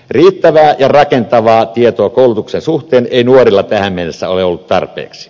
riittävää ja rakentavaa tietoa koulutuksen suhteen ei nuorilla tähän mennessä ole ollut tarpeeksi